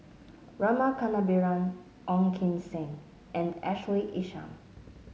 Rama Kannabiran Ong Kim Seng and Ashley Isham